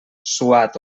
suat